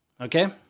Okay